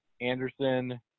Anderson